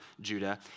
Judah